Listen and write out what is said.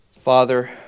Father